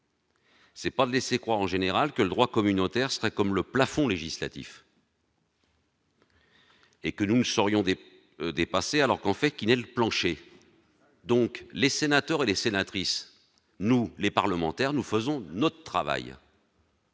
C'est pas laisser croire en général que le droit communautaire sera comme le plafond législatif. Et que nous ne saurions dépassé alors qu'en fait qui n'le plancher, donc les sénateurs et les sénatrices nous les parlementaires, nous faisons notre travail.